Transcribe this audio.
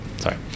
sorry